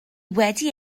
wedi